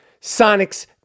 Sonics